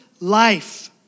life